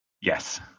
Yes